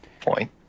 point